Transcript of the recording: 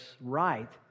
right